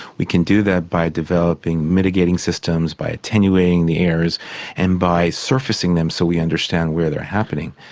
we can do that by developing mitigating systems, by attenuating the errors and by surfacing them so we understand where they're happening.